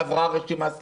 עברה רשימה.